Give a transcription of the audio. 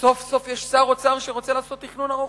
סוף-סוף יש שר אוצר שרוצה לעשות תכנון ארוך-טווח.